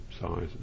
size